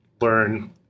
learn